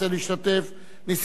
נסים זאב, כמובן